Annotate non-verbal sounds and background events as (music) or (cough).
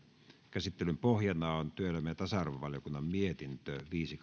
käsittelyn pohjana on työelämä ja tasa arvovaliokunnan mietintö viisi (unintelligible)